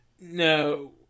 No